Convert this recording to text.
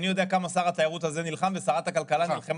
אני יודע כמה שר התיירות הנוכחי ושרת הכלכלה הנוכחית